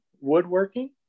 woodworking